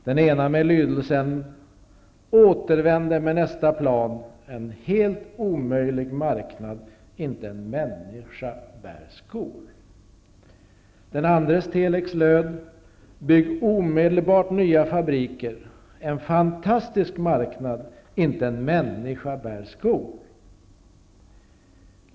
Den enes telex hade lydelsen: Återvänder med nästa plan, en helt omöjlig marknad, inte en människa bär skor. Den andres telex hade lydelsen: Bygg omedelbart nya fabriker, en fantastisk marknad, inte en människa bär skor.